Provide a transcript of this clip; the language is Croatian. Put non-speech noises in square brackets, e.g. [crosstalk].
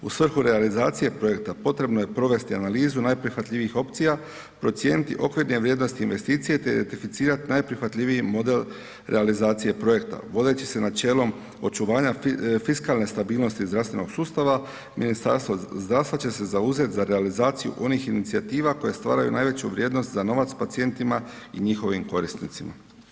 U svrhu realizacije projekta potrebno je provesti analizu najprihvatljivijih opcija, procijeniti okvirne vrijednosti investicije te ... [unintelligible] najprihvatljiviji model realizacije projekta vodeći se načelom očuvanja fiskalne stabilnosti zdravstvenog sustava Ministarstvo zdravstva će se zauzeti za realizaciju onih inicijativa koje stvaraju najveću vrijednost za novac pacijentima i njihovim korisnicima.